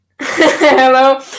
Hello